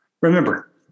Remember